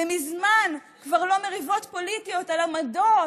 זה מזמן כבר לא מריבות פוליטיות על עמדות,